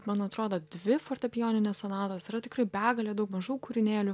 man atrodo dvi fortepijoninės sonatos yra tikrai begalė daug mažų kūrinėlių